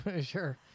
Sure